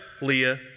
Leah